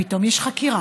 פתאום יש חקירה.